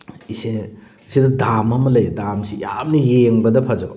ꯏꯁꯦ ꯁꯤꯗ ꯗꯥꯝ ꯑꯃ ꯂꯩ ꯗꯥꯝꯁꯤ ꯌꯥꯝꯅ ꯌꯦꯡꯕꯗ ꯐꯖꯕ